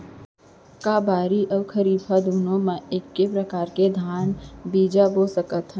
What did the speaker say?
का रबि अऊ खरीफ दूनो मा एक्के प्रकार के धान बीजा बो सकत हन?